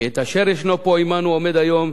"כי את אשר ישנו פה עמנו עֹמֵד היום,